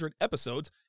episodes